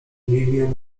lilie